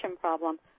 problem